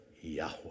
Yahweh